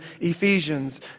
Ephesians